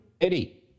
Eddie